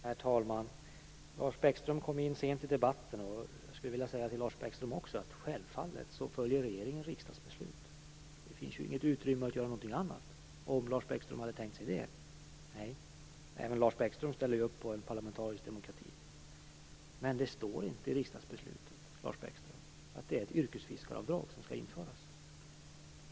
Herr talman! Lars Bäckström kom in sent i debatten. Jag skulle också till honom vilja säga att regeringen självfallet följer riksdagsbeslut. Det finns ju inget utrymme att göra någonting annat. Hade Lars Bäckström tänkt sig det? Nej, även Lars Bäckström ställer ju upp på en parlamentarisk demokrati. Men det står inte i riksdagsbeslutet, Lars Bäckström, att ett yrkesfiskaravdrag skall införas.